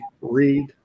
read